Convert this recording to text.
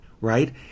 right